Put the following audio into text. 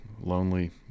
lonely